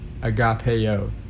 agapeo